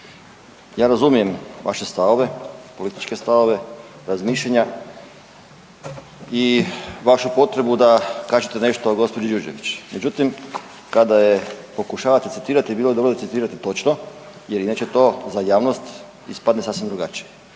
ja razumijem vaše stavove, političke stavove, razmišljanja i vašu potrebu da kažete nešto o gđi. Đurđević. Međutim, kada je pokušavate citirati bilo bi dobro citirati točno jer inače to za javnost ispadne sasvim drugačije.